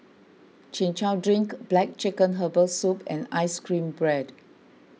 Chin Chow Drink Black Chicken Herbal Soup and Ice Cream Bread